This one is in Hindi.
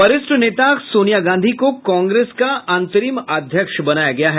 वरिष्ठ नेता सोनिया गांधी को कांग्रेस का अंतरिम अध्यक्ष बनाया गया है